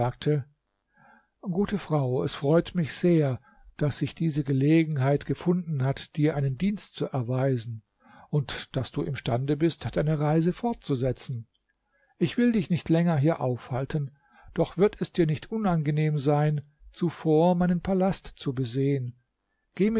gute frau es freut mich sehr daß sich diese gelegenheit gefunden hat dir einen dienst zu erweisen und daß du imstande bist deine reise fortzusetzen ich will dich nicht länger hier aufhalten doch wird es dir nicht unangenehm sein zuvor meinen palast zu besehen geh